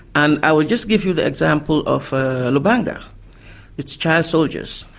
and i will just give you the example of lubanga it's child soldiers.